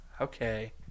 Okay